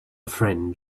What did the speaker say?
friend